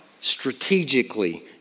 strategically